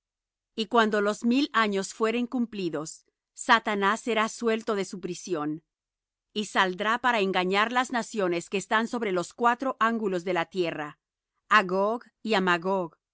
y cuando los mil años fueren cumplidos satanás será suelto de su prisión y saldrá para engañar las naciones que están sobre los cuatro ángulos de la tierra á gog y